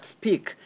speak